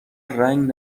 رنگ